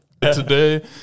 Today